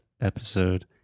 episode